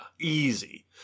easy